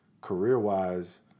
career-wise